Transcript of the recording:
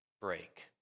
break